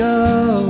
go